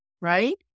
Right